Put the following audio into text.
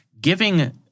giving